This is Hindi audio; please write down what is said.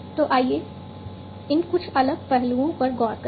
तो आइए इन कुछ अलग पहलुओं पर गौर करें